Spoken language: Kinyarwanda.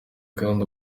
kandi